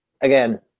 again